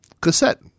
cassette